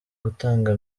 gutanga